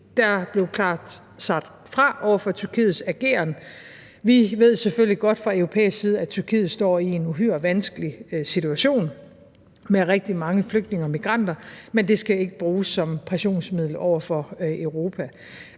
Der blev klart sagt fra over for Tyrkiets ageren. Vi ved selvfølgelig godt fra Europas side, at Tyrkiet står i en uhyre vanskelig situation med rigtig mange flygtninge og migranter, men det skal ikke bruges som pressionsmiddel over for Europa.